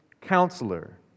counselor